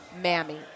Mammy